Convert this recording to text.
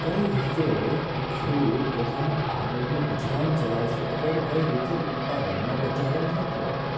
કઈ રીતે એ ખેડૂત પોતાનું આગળનું ગુજરાન ચલાવશે અથવા તો કઈ રીતે ઉત્પાદનમાં વધારે મહત્ત્વ